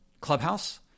Clubhouse